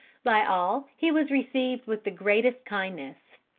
by all he was received with the greatest kindness.